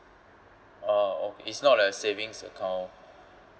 ah oh it's not a savings account